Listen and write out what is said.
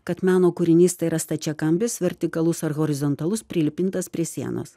kad meno kūrinys tai yra stačiakampis vertikalus ar horizontalus prilipintas prie sienos